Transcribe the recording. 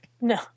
No